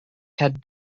had